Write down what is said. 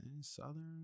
southern